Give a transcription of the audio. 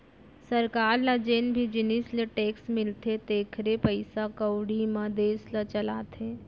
सरकार ल जेन भी जिनिस ले टेक्स मिलथे तेखरे पइसा कउड़ी म देस ल चलाथे